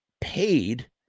paid